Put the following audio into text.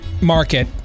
market